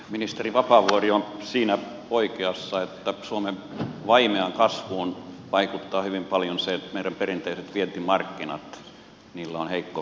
ministeri vapaavuori on oikeassa siinä että suomen vaimeaan kasvuun vaikuttaa hyvin paljon se että meidän perinteisillä vientimarkkinoillamme on heikko kysyntä